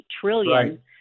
trillion